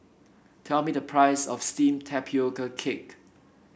tell me the price of steamed Tapioca Cake